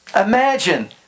Imagine